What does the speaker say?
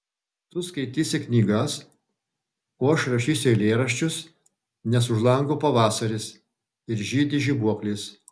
tu skaitysi knygas o aš rašysiu eilėraščius nes už lango pavasaris ir žydi žibuoklės